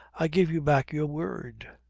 i give you back your word.